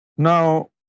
Now